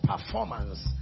performance